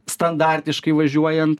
standartiškai važiuojan